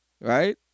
right